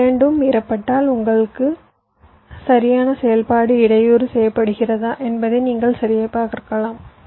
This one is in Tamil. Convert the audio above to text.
இந்த 2 மீறப்பட்டால் உங்கள் சரியான செயல்பாடு இடையூறு செய்யப்படுகிறதா என்பதை நீங்கள் சரிபார்க்கலாம்